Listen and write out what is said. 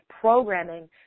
programming